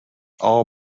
all